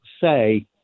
say